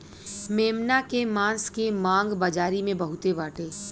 मेमना के मांस के मांग बाजारी में बहुते बाटे